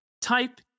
type